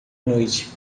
noite